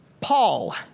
Paul